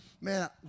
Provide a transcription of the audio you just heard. Man